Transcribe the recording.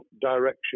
direction